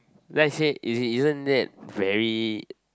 then I said is isn't that very